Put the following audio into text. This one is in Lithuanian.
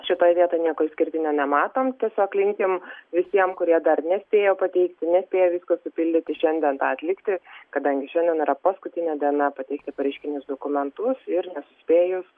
šitoj vietoj nieko išskirtinio nematom tiesiog linkim visiem kurie dar nespėjo pateikti nespėja visko supildyti šiandien tą atlikti kadangi šiandien yra paskutinė diena pateikti pareiškinius dokumentus ir nesuspėjus